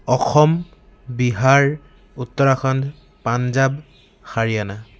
Assam Bihar Uttarakhand Punjab Haryana